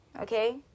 okay